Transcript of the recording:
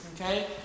Okay